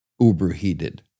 uber-heated